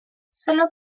solo